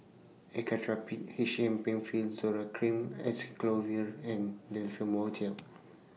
Actrapid H M PenFill Zoral Cream Acyclovir and Difflam Mouth Gel